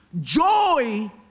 Joy